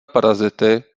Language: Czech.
parazity